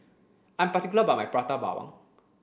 I'm particular about my Prata Bawang